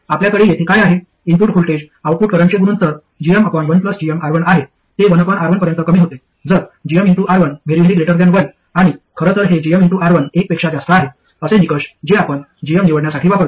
आपल्याकडे येथे काय आहे इनपुट व्होल्टेज आउटपुट करंटचे गुणोत्तर gm1gmR1 आहे ते 1R1 पर्यंत कमी होते जर gmR1 1 आणि खरं तर हे gmR1 एक पेक्षा जास्त आहे असे निकष जे आपण gm निवडण्यासाठी वापरतो